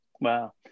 Wow